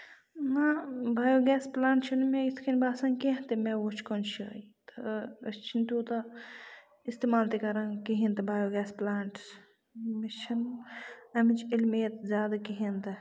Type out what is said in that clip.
نہ bio gas plant چھُنہٕ مےٚ یِتھ کٔنۍ باسان کینہہ تہٕ مےٚ وٕچھ کُنہِ جایہِ تہٕ أسۍ چھِنہٕ تیوٗتاہ اِستعمال تہِ کران کِہیٖنۍ تہِ بَیو گیس پٔلانٹس مےٚ چھِنہٕ اَمِچ علمِیت زیادٕ کِہیٖنۍ تہ